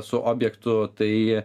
su objektu tai